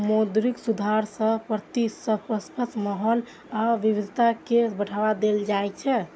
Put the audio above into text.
मौद्रिक सुधार सं प्रतिस्पर्धी माहौल आ विविधता कें बढ़ावा देल जाइ छै